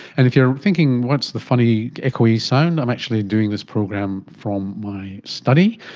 and if you're thinking what's the funny echoey sound, i'm actually doing this program from my study,